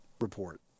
report